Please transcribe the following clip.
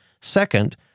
Second